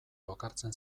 lokartzen